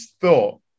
thought